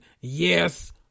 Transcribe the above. Yes